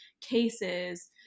cases